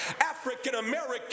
African-American